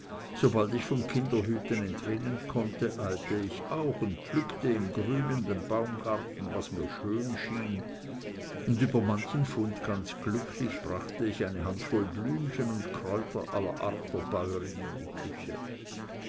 sobald ich vom kinderhüten entrinnen konnte eilte ich auch und pflückte im grünenden baumgarten was mir schön schien und über manchen fund ganz glücklich brachte ich eine handvoll blümchen und kräuter aller art der bäuerin in die küche